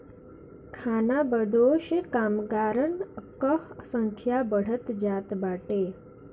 खानाबदोश कामगारन कअ संख्या बढ़त जात बाटे